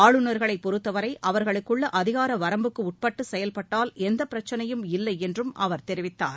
ஆளுநர்களை பொறுத்தவரை அவர்களுக்குள்ள அதிகார வரம்புக்கு உட்பட்டு செயல்பட்டால் எந்தப் பிரச்னையும் இல்லையென்றும் அவர் தெரிவித்தார்